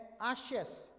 ashes